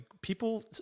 people